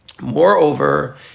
Moreover